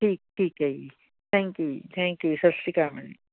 ਠੀਕ ਠੀਕ ਹੈ ਜੀ ਥੈਂਕ ਯੂ ਜੀ ਥੈਕ ਯੂ ਜੀ ਸਤਿ ਸ਼੍ਰੀ ਅਕਾਲ ਮੈਡਮ